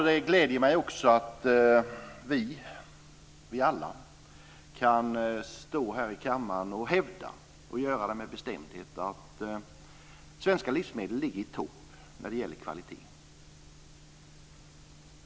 Det gläder mig också att vi alla kan stå här i kammaren och med bestämdhet hävda att svenska livsmedel ligger i topp när det gäller kvalitet.